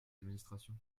d’administration